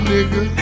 Nigga